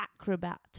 acrobat